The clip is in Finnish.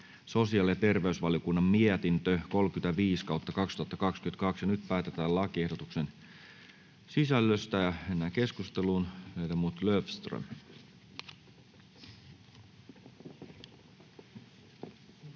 sosiaali- ja terveysvaliokunnan mietintö StVM 35/2022 vp. Nyt päätetään lakiehdotuksen sisällöstä. — Mennään keskusteluun.